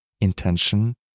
intention